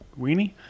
Weenie